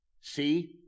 see